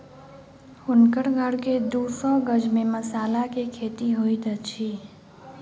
हुनकर घर के दू सौ गज में मसाला के खेती होइत अछि